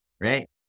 right